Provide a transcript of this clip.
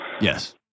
Yes